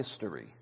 history